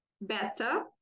better